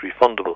refundable